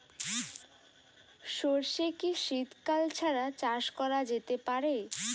সর্ষে কি শীত কাল ছাড়া চাষ করা যেতে পারে?